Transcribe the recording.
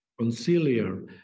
conciliar